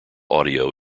audio